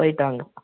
போயிவிட்டு வாங்க